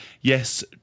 yes